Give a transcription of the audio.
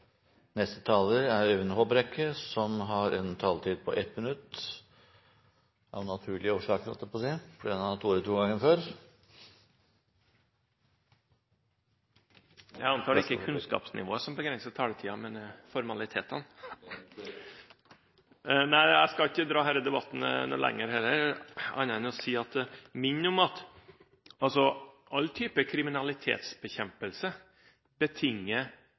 har hatt ordet to ganger og får ordet til en kort merknad, begrenset til 1 minutt. Jeg antar det ikke er kunnskapsnivået som begrenser taletiden, men formalitetene. Det er korrekt. Jeg skal ikke dra denne debatten noe lenger, annet enn å minne om at all type kriminalitetsbekjempelse betinger